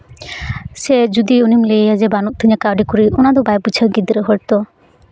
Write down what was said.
ᱥᱮ ᱡᱩᱫᱤ ᱩᱱᱤᱢ ᱞᱟᱹᱭᱟᱭᱟ ᱡᱮ ᱵᱟᱹᱱᱩᱜ ᱛᱤᱧᱟᱹ ᱠᱟᱹᱣᱰᱤ ᱠᱩᱲᱤ ᱚᱱᱟᱫᱚ ᱵᱟᱭ ᱵᱩᱡᱷᱟᱹᱣᱟ ᱜᱤᱫᱽᱨᱟᱹ ᱦᱚᱲ ᱛᱚ